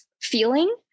feeling